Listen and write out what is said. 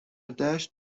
دشت